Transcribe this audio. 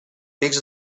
pics